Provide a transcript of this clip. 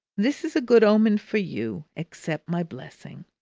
this is a good omen for you. accept my blessing!